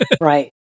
Right